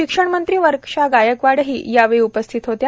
शिक्षण मंत्री वर्षा गायकवाडही या बैठकीत उपस्थित होत्या